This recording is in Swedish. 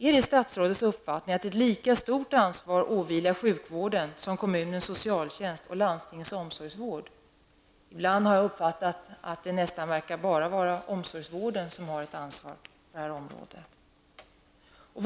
Är det statsrådets uppfattning att ett lika stort ansvar åvilar sjukvården som kommunens socialtjänst och landstingens omsorgsvård? Jag har ibland uppfattat det som att det bara verkar vara omsorgsvården som har ett ansvar när det gäller detta område.